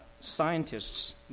scientists